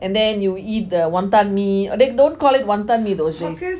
and then you eat the wonton mee they don't call it wonton mee those days